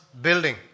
building